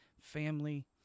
family